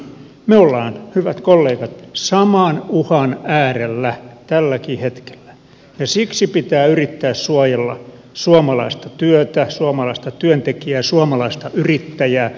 me olemme hyvät kollegat saman uhan äärellä tälläkin hetkellä ja siksi pitää yrittää suojella suomalaista työtä suomalaista työntekijää suomalaista yrittäjää